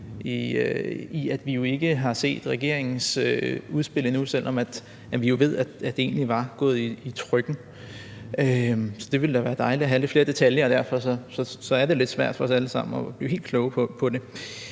i at vi jo ikke har set regeringens udspil endnu, selv om vi ved, at det egentlig var gået i trykken. Det ville da være dejligt at have lidt flere detaljer, og derfor er det lidt svært for os alle sammen at blive helt kloge på det.